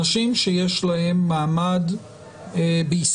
אנשים שיש להם מעמד בישראל,